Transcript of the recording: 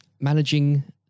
managing